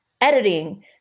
editing